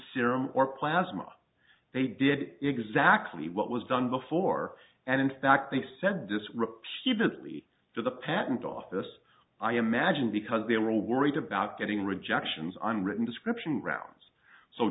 serum or plasma they did exactly what was done before and in fact they said this repeatedly to the patent office i imagine because they were worried about getting rejections i'm written description grounds so